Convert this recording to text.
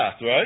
right